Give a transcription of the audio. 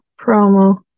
promo